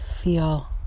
feel